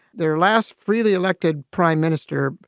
their last freely elected prime minister,